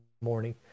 morning